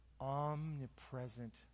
Omnipresent